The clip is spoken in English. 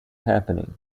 happening